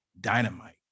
dynamite